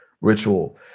ritual